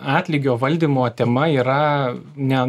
atlygio valdymo tema yra ne